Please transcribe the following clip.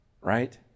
right